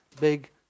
big